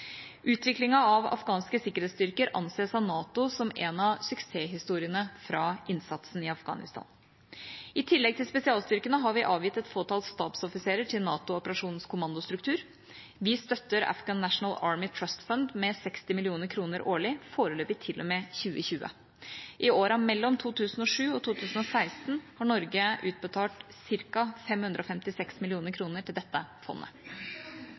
av afghanske sikkerhetsstyrker anses av NATO som en av suksesshistoriene fra innsatsen i Afghanistan. I tillegg til spesialstyrkene har vi avgitt et fåtall stabsoffiserer til NATO-operasjonens kommandostruktur. Vi støtter Afghan National Army Trust Fund med 60 mill. kr årlig, foreløpig til og med 2020. I årene mellom 2007 og 2016 har Norge utbetalt ca. 556 mill. kr til dette fondet.